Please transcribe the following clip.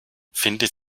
findet